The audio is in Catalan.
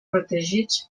protegits